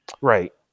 right